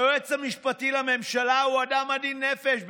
היועץ המשפטי לממשלה הוא אדם עדין נפש,